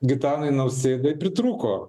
gitanui nausėdai pritrūko